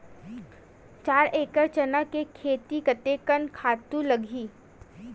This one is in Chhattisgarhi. चार एकड़ चना के खेती कतेकन खातु लगही?